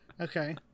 okay